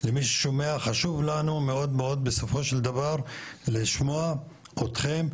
למי ששומע חשוב לנו מאוד מאוד בסופו של דבר לשמוע אתכם,